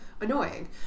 annoying